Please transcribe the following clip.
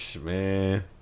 man